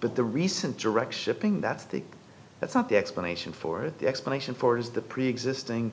but the recent direct shipping that's the that's not the explanation for it the explanation for it is the preexisting